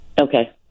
Okay